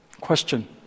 question